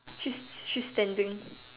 she's she's standing